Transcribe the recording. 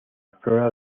flora